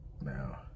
now